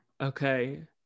okay